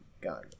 gun